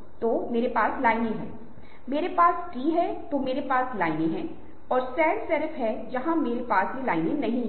और फिर आप देखते हैं कि मिस्र का विरोध सड़क पर होता है और फिर आप पाते हैं कि 2011 तक हमें कहने